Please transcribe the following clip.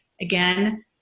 Again